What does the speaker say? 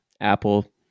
Apple